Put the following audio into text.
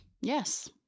Yes